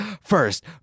First